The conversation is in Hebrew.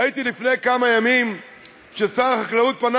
ראיתי כאן לפני כמה ימים ששר החקלאות פנה